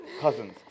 cousins